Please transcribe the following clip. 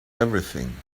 everything